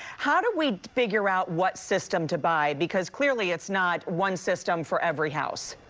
how do we figure out what system to buy? because clearly it's not one system for every house.